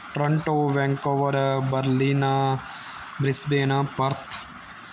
Toronto Vancouver Berlin Brisbane Perth